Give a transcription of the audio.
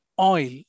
oil